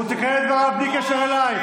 הוא תיקן את דבריו בלי קשר אליי.